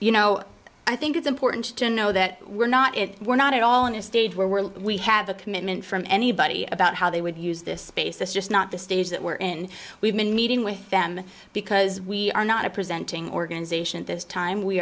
you know i think it's important to know that we're not if we're not at all in a stage where we're we have a commitment from anybody about how they would use this space it's just not the stage that were in we've been meeting with them because we are not a presenting organization this time we